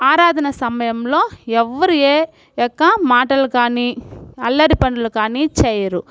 ఆరాధన సమయంలో ఎవ్వరు ఎ ఎక్క మాటలు కానీ అల్లరి పనులు కానీ చెయ్యరు